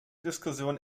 diskussion